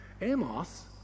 Amos